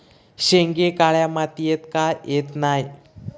शेंगे काळ्या मातीयेत का येत नाय?